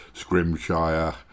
scrimshire